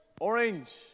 Orange